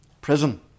Prison